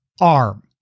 ARM